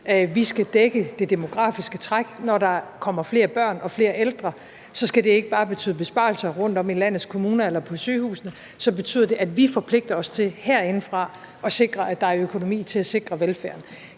vi skal dække det demografiske træk. Når der kommer flere børn og flere ældre, skal det ikke bare betyde besparelser rundt om i landets kommuner eller på sygehusene; så betyder det, at vi forpligter os til herindefra at sikre, at der er økonomi til at sikre velfærden.